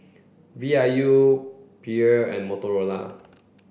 V I U Perrier and Motorola